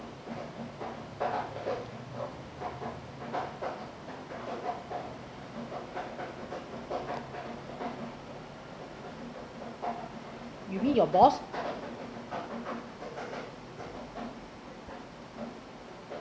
you mean your boss